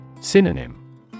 Synonym